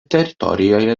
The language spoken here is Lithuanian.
teritorijoje